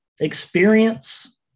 experience